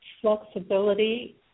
flexibility